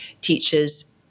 teachers